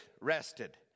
rested